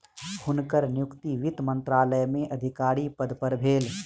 हुनकर नियुक्ति वित्त मंत्रालय में अधिकारी पद पर भेल